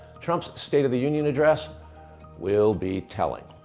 trump's state of the union address will be telling.